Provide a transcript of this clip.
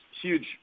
huge